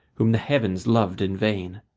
whom the heavens loved in vain.